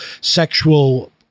sexual